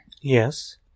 Yes